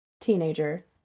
teenager